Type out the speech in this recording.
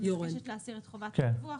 מבקשת להסיר את חובת הפיקוח.